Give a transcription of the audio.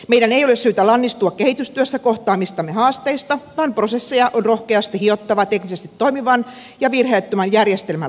meidän ei ole syytä lannistua kehitystyössä kohtaamistamme haasteista vaan prosesseja on rohkeasti hiottava teknisesti toimivan ja virheettömän järjestelmän luomiseksi